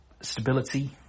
stability